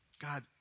God